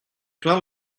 plein